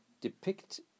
depict